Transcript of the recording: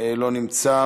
לא נמצא,